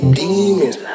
demons